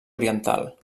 oriental